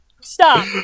Stop